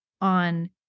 on